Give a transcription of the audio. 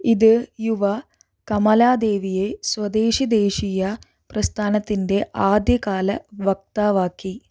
ഇത് യുവ കമലാ ദേവിയെ സ്വദേശി ദേശീയ പ്രസ്ഥാനത്തിൻ്റെ ആദ്യകാല വക്താവാക്കി